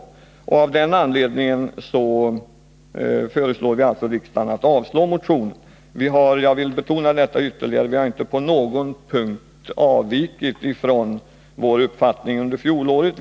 Av den anledningen föreslår vi alltså riksdagen att avslå motionen. Jag vill ytterligare betona att vi inte på någon punkt har avvikit från vår uppfattning under fjolåret.